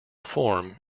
form